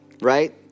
right